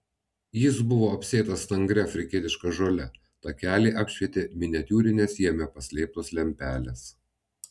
jis buvo apsėtas stangria afrikietiška žole takelį apšvietė miniatiūrinės jame paslėptos lempelės